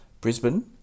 Brisbane